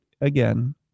again